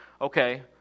okay